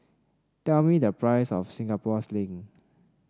tell me the price of Singapore Sling